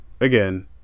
again